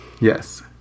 Yes